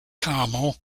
carmel